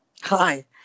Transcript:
Hi